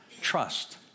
trust